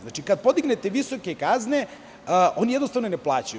Znači, kada podignete visoke kazne, oni jednostavno ne plaćaju.